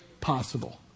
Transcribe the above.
possible